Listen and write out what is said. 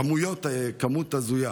כמות הזויה.